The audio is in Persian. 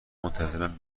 منتظرم